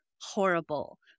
horrible